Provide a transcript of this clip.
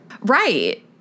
right